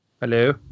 Hello